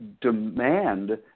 demand